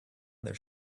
their